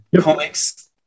comics